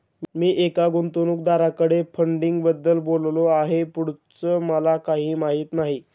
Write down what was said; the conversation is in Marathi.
मी एका गुंतवणूकदाराकडे फंडिंगबद्दल बोललो आहे, पुढचं मला काही माहित नाही